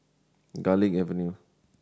Garlick Avenue